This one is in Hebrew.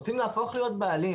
רוצים להפוך להיות בעלים